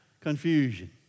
confusion